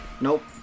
Nope